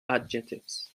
adjectives